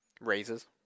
Raises